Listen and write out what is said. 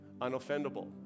unoffendable